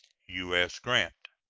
u s. grant.